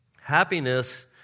Happiness